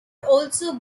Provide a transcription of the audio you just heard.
also